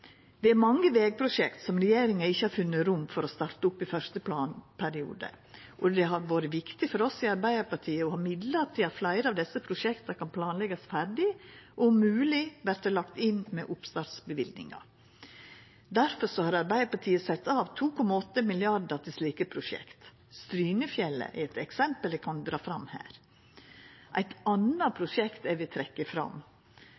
Det er mange vegprosjekt som regjeringa ikkje har funne rom for å starta opp i første planperiode. Det har vore viktig for oss i Arbeidarpartiet å ha midlar til at fleire av desse prosjekta kan planleggjast ferdig og om mogleg verta lagde inn med oppstartsløyvingar. Difor har Arbeidarpartiet sett av 2,8 mrd. kr til slike prosjekt. Strynefjellet er eit eksempel eg kan dra fram her. Eit anna prosjekt eg vil trekkja fram,